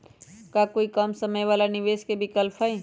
का कोई कम समय वाला निवेस के विकल्प हई?